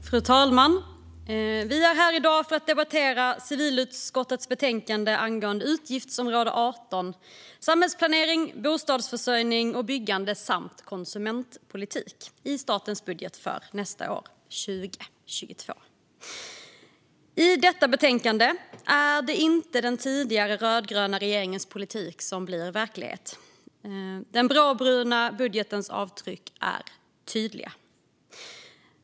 Fru talman! Vi är här i dag för att debattera civilutskottets betänkande Utgiftsområde 18 Samhällsplanering, bostadsförsörjning och byggande samt konsumentpolitik i statens budget för 2022. I detta betänkande är det inte den tidigare rödgröna regeringens politik som blir verklighet; den blåbruna budgetens avtryck är tydliga.